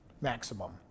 maximum